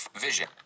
Vision